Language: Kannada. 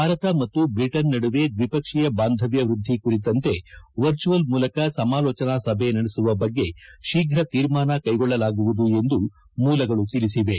ಭಾರತ ಮತ್ತು ಬ್ರಿಟನ್ ನಡುವೆ ದ್ವಿಪಕ್ಷೀಯ ಬಾಂಧವ್ಯ ವ್ಯದ್ಧಿ ಕುರಿತಂತೆ ವರ್ಜುವಲ್ ಮೂಲಕ ಸಮಾಲೋಜನಾ ಸಭೆ ನಡೆಸುವ ಬಗ್ಗೆ ಶೀಪು ಶೀರ್ಮಾನ ಕೈಗೊಳ್ಳಲಾಗುವುದು ಎಂದು ಮೂಲಗಳು ತಿಳಿಸಿವೆ